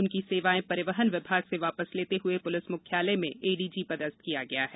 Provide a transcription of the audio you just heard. उनकी सेवाएं परिवहन विभाग से वापस लेते हुए पुलिस मुख्यालय में एडीजी पदस्थ किया गया है